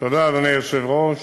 תודה, אדוני היושב-ראש.